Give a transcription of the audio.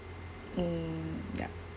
mm ya